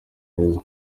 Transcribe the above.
heza